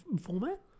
format